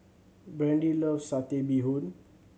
Brandy loves Satay Bee Hoon